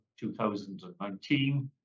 2019